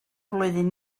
flwyddyn